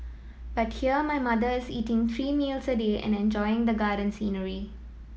but here my mother is eating three meals a day and enjoying the garden scenery